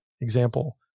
example